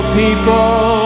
people